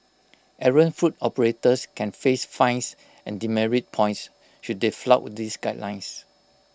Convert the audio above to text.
errant food operators can face fines and demerit points should they flout these guidelines